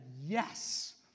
yes